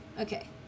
Okay